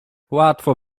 łatwo